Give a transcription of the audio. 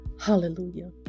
Hallelujah